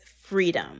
freedom